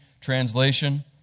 translation